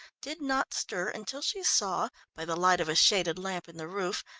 did not stir, until she saw, by the light of a shaded lamp in the roof,